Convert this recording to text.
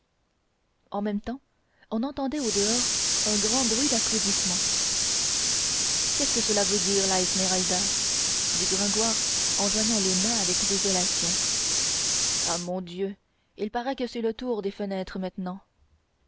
en même temps on entendait au dehors un grand bruit d'applaudissements qu'est-ce que cela veut dire la esmeralda dit gringoire en joignant les mains avec désolation ah mon dieu il paraît que c'est le tour des fenêtres maintenant